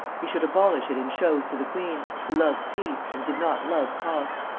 he should abolish it in shows to the queen, who loved peace, and did not love cost.